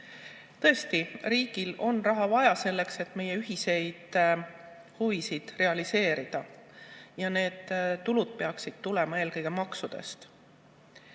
Tõesti, riigil on raha vaja, selleks et meie ühiseid huvisid realiseerida, ja need tulud peaksid tulema eelkõige maksudest.